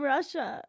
Russia